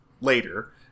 later